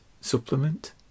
supplement